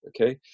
okay